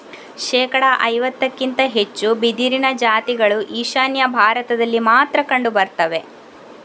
ಶೇಕಡಾ ಐವತ್ತಕ್ಕಿಂತ ಹೆಚ್ಚು ಬಿದಿರಿನ ಜಾತಿಗಳು ಈಶಾನ್ಯ ಭಾರತದಲ್ಲಿ ಮಾತ್ರ ಕಂಡು ಬರ್ತವೆ